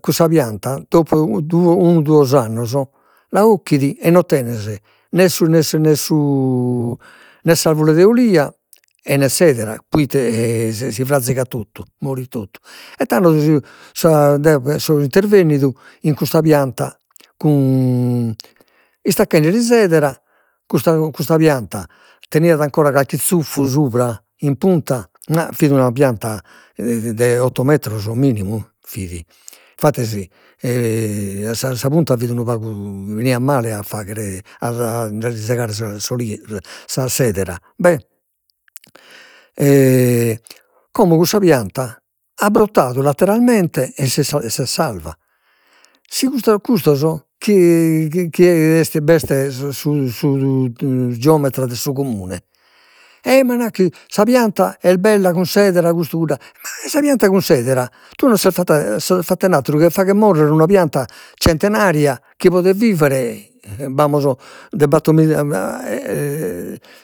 Cussa pianta dopo u- unu duos annos la occhit, e non tenes ne nè s'arvure de olia e nè s'edera, proite si frazigat totu, morit totu, e tando s- sa so intervennidu in custa pianta cun, istacchendeli s'edera, custa custa pianta teniat ancora calchi zuffu supra in punta fit una pianta de otto metros minimu fit, infattis sa sa punta fit unu pagu, 'eniat male a fagher, a ndeli segare s'edera, bè como cussa pianta ha brottadu lateralmente e s'est e s'est salva, si cus- custos chi chi b'est su geometra de su comune, ei ma nachi, sa pianta est bella cun s'edera custu cudd'atteru, ma sa pianta cun s'edera tue no ses fatta, ses fattend'atteru che fagher morrere una pianta centenaria chi podet vivere, b'amos de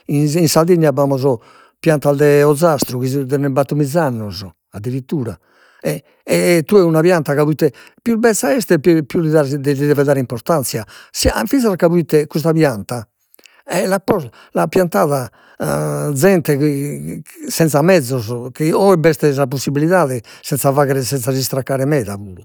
in Sardigna b'amus piantas de ozastru chi tenen battomiza annos addirittura, e e tue una pianta ca proite pius bezza est e pius e pius li das li deves dare importanzia, sia a finzas ca proite custa pianta e l'at posta l'at piantada zente chi senza mesos chi, oe b'est sa possibilidade senza faghere senza s'istraccare meda puru